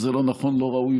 גם אם הרוקח הוא ערבי,